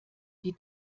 die